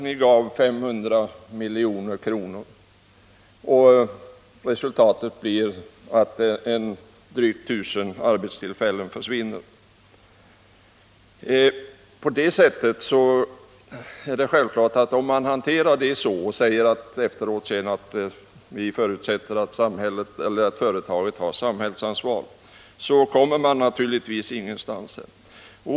De fick 500 milj.kr., och resultatet blir att över 1000 arbetstillfällen försvinner. Det är självklart att man, om man lämnar ut pengar på det sättet och förutsätter att företaget har samhällsansvar, inte kommer någonstans.